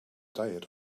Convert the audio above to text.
diet